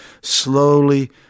slowly